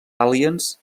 aliens